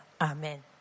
Amen